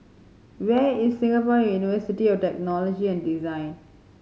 where is Singapore University of Technology and Design